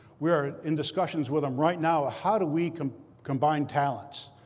we are in discussions with them right now. ah how do we combine talents?